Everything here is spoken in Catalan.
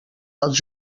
als